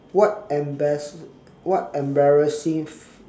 what embarrass what embarrassing